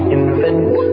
invent